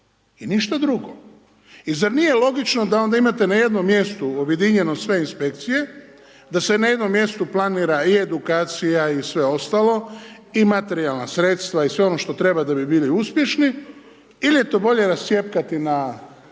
I ništa drugo. I zar nije logično da onda imate na jednom mjestu objedinjeno sve inspekcije, da se na jednom mjestu planira i edukacija i sve ostalo i materijalan sredstva i sve ono što treba da bi bili uspješni ili je to bolje rascjepkati na